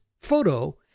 photo